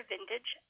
Vintage